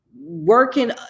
working